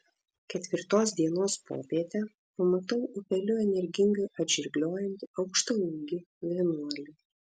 ketvirtos dienos popietę pamatau upeliu energingai atžirgliojantį aukštaūgį vienuolį